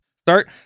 Start